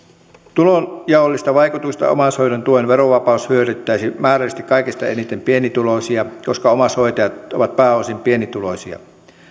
tulonjaollisilta vaikutuksiltaan omaishoidon tuen verovapaus hyödyttäisi määrällisesti kaikista eniten pienituloisia koska omaishoitajat ovat pääosin pienituloisia